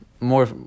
More